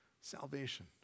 salvation